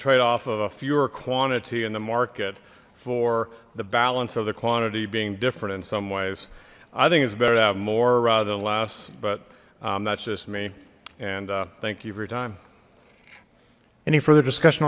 trade off of a fewer quantity in the market for the balance of the quantity being different in some ways i think it's better to have more rather than less but that's just me and thank you very time any further discussion